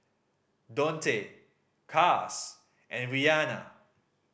Dontae Cas and Rianna